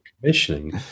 commissioning